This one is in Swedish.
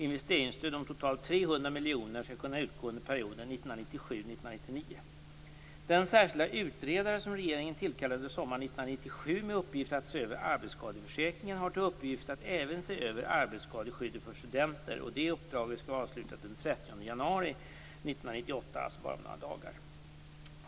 Investeringsstöd om totalt 300 miljoner skall kunna utgå under perioden 1997-1999. Den särskilda utredare som regeringen tillkallade sommaren 1997 med uppgift att se över arbetsskadeförsäkringen har till uppgift att även se över arbetsskadeskyddet för studenter. Uppdraget skall vara avslutat den 30 januari 1998, alltså om bara några dagar.